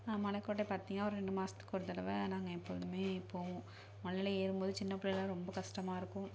மலைக்கோட்டை பார்த்திங்கன்னா ஒரு ரெண்டு மாதத்துக்கு ஒரு தடவை நாங்கள் எப்பொழுதும் போவோம் மலையில் ஏறும் போது சின்ன பிள்ளைலலாம் ரொம்ப கஷ்டமாக இருக்கும்